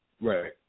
right